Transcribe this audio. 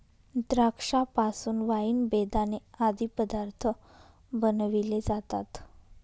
द्राक्षा पासून वाईन, बेदाणे आदी पदार्थ बनविले जातात